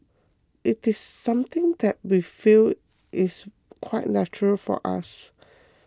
it's something that we feel is quite natural for us